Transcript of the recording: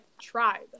tribe